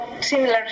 similar